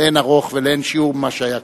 לאין ערוך ולאין שיעור לעומת מה שהיה קודם.